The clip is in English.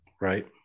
Right